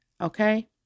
Okay